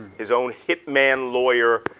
his own hitman lawyer,